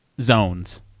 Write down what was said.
zones